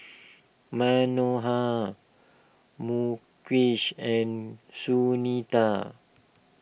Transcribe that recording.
Manohar Mukesh and Sunita